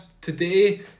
Today